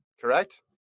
correct